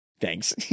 thanks